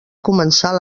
començar